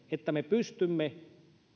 että me pystymme